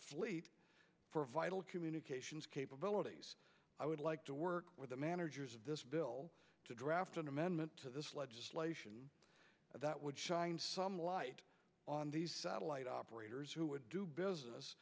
fleet for vital communications capabilities i would like to work with the managers of this bill to draft an amendment to this legislation that would shine some light on these satellite operators who would do business